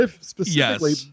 Specifically